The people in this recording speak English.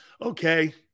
Okay